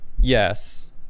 Yes